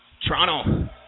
Toronto